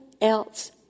else